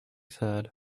said